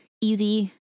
easy